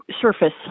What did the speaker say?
surface